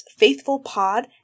faithfulpod